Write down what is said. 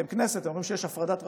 אתם הכנסת, אומרים שיש הפרדת רשויות.